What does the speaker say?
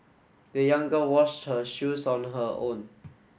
the young girl washed her shoes on her own